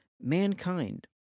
mankind